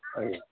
ଆଜ୍ଞା